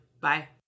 Bye